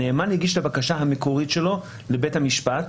הנאמן מגיש את הבקשה המקורית שלו לבית המשפט,